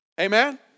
Amen